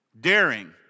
daring